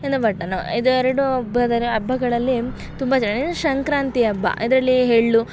ಇನ್ನು ಇವೆರಡೂ ಹಬ್ಬಗಳಲ್ಲಿ ತುಂಬ ಇನ್ನೂ ಸಂಕ್ರಾಂತಿ ಹಬ್ಬ ಇದರಲ್ಲಿ ಎಳ್ಳು